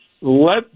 Let